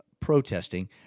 protesting